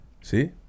See